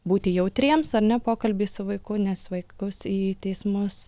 būti jautriems ar ne pokalbyje su vaiku nes vaikus į teismus